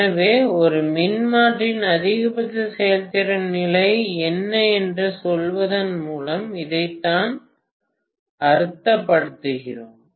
எனவே ஒரு மின்மாற்றியின் அதிகபட்ச செயல்திறன் நிலை என்ன என்று சொல்வதன் மூலம் இதைத்தான் அர்த்தப்படுத்துகிறோம்